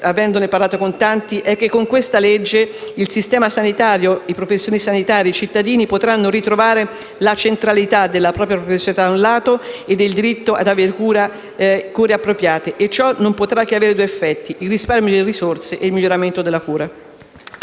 Avendone parlato con tanti, la convinzione è che con questa legge il sistema sanitario, i professionisti e i cittadini potranno ritrovare la centralità: della propria professionalità, da un lato, e del diritto ad avere cure appropriate, dall'altro. E ciò non potrà che avere due effetti: il risparmio delle risorse e il miglioramento della cura.